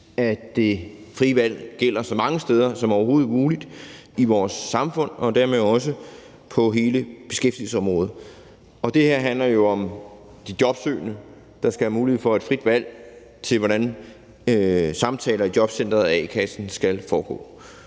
at det frie valg gælder så mange steder som overhovedet muligt i vores samfund og dermed også på hele beskæftigelsesområdet. Og det her handler jo om de jobsøgende, der skal have mulighed for et frit valg, med hensyn til hvordan samtaler i jobcenteret og a-kassen skal foregå.